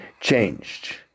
changed